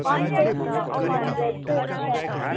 one सय hundred चाहिँ extra लाग्छ